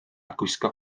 gwisgo